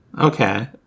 Okay